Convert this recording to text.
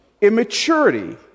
immaturity